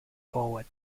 poet